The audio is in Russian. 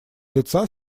лица